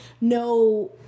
no